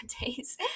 days